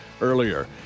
earlier